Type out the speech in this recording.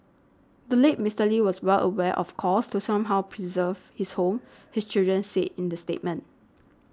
the late Mister Lee was well aware of calls to somehow preserve his home his children said in the statement